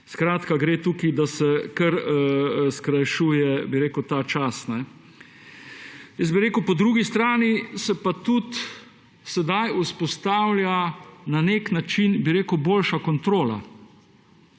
Skratka, tukaj se kar skrajšuje ta čas. Po drugi strani se pa tudi sedaj vzpostavlja na nek način boljša kontrola.